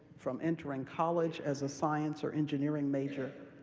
from entering college as a science or engineering major,